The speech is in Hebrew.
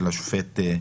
של השופט סולברג,